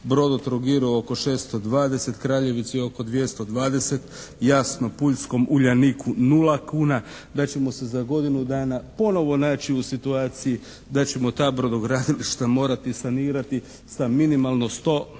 "Brodotrogiru" oko 620, "Kraljevici" oko 220, jasno pulskom "Uljaniku" 0 kuna, da ćemo se za godinu dana ponovo naći u situaciji da ćemo ta brodogradilišta morati sanirati sa minimalno 100 možda